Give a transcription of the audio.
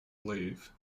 leave